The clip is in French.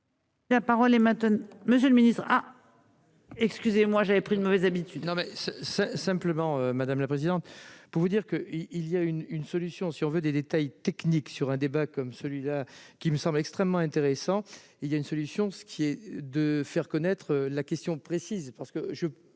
La parole est maintenant, monsieur le Ministre. Excusez-moi, j'avais pris de mauvaises habitudes, non mais c'est simplement madame la présidente, pour vous dire que, il y a une une solution sur veut des détails techniques sur un débat comme celui-là qui me semble extrêmement intéressant, il y a une solution, ce qui est de faire connaître la question précise parce que je,